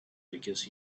because